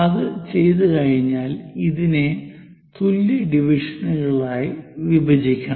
അത് ചെയ്തുകഴിഞ്ഞാൽ ഇതിനെ തുല്യമായ ഡിവിഷനുകളായി വിഭജിക്കണം